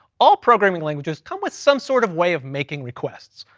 all programming languages come with some sort of way of making requests,